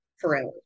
forever